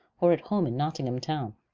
or at home in nottingham town.